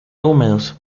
húmedos